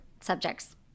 subjects